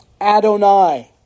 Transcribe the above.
Adonai